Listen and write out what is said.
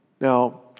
Now